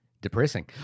Depressing